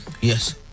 Yes